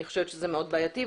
אני חושבת שזה בעייתי מאוד.